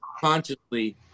consciously